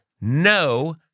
No